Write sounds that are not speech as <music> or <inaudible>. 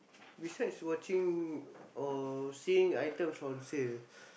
besides watching or seeing items on sale <breath>